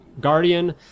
Guardian